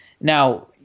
Now